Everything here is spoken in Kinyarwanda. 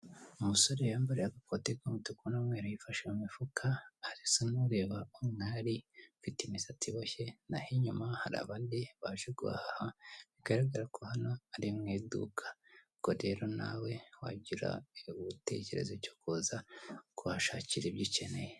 Umusore wiyambariye agafoto k'umutuku n'umweru yifashe mu mifuka arasa n'ureba umwari ufite imisatsi iboshye, naho inyuma hari abandi baje guhaha bigaragara ko hano ari mu iduka, ubwo rero nawe wagira igitekereza cyo kuza kuhashakira ibyo ukeneye.